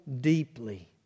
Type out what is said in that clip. deeply